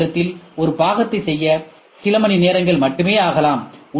M இயந்திரத்தில் ஒரு பாகத்தை செய்ய சில மணிநேரங்கள் மட்டுமே ஆகலாம்